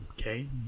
okay